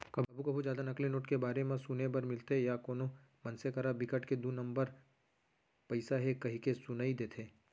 कभू कभू जादा नकली नोट के बारे म सुने बर मिलथे या कोनो मनसे करा बिकट के दू नंबर पइसा हे कहिके सुनई देथे